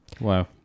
Wow